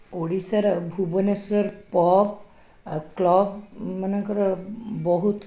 ଓଡ଼ିଶାର ଭୁବନେଶ୍ୱର ପବ୍ ଆଉ କ୍ଲବ୍ ମାନଙ୍କର ବହୁତ